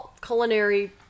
culinary